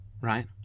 Right